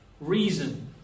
reason